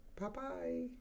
Bye-bye